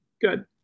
Good